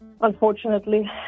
Unfortunately